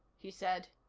he said.